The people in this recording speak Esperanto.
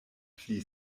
pli